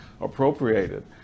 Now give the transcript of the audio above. appropriated